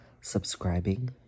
subscribing